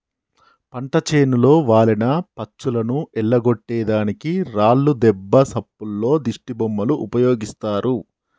పంట చేనులో వాలిన పచ్చులను ఎల్లగొట్టే దానికి రాళ్లు దెబ్బ సప్పుల్లో దిష్టిబొమ్మలు ఉపయోగిస్తారు